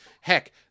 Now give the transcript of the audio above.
Heck